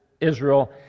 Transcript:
Israel